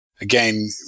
again